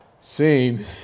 seen